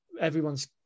everyone's